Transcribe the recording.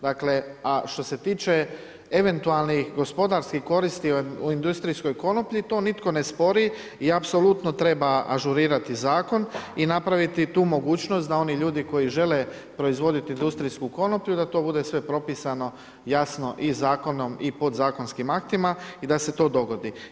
Dakle, a što se tiče eventualnih gospodarskih koristi u industrijskoj konoplji, to nitko ne spori i apsolutno treba ažurirati Zakon i napraviti tu mogućnost da oni ljudi koji žele proizvoditi industrijsku konoplju, da to bude sve propisano jasno i Zakonom i podzakonskim aktima i da se to dogodi.